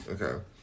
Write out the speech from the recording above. Okay